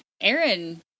Aaron